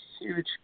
huge